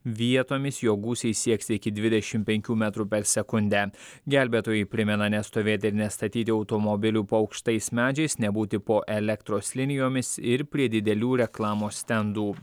vietomis jo gūsiai sieks iki dvidešim penkių metrų per sekundę gelbėtojai primena nestovėti nestatyti automobilių po aukštais medžiais nebūti po elektros linijomis ir prie didelių reklamos stendų